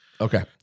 Okay